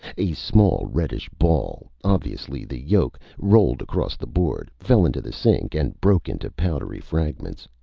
a small, reddish ball, obviously the yolk, rolled across the board, fell into the sink and broke into powdery fragments.